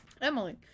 Emily